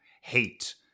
hate